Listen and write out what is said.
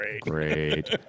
Great